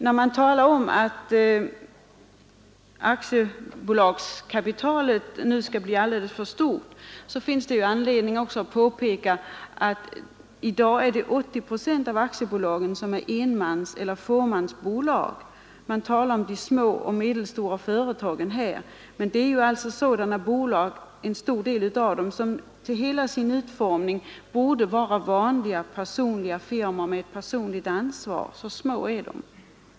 När man talar om att aktiebolagskapitalet nu skall bli alldeles för högt, finns det anledning att påpeka att i dag 80 procent av aktiebolagen är enmanseller fåmansbolag. Man talar här om de små och medelstora företagen, men en stor del av dessa bolag är sådana att de till hela sin utformning borde vara vanliga firmor med personligt ansvar.